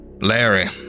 Larry